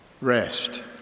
rest